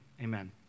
amen